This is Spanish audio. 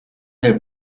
del